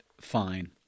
fine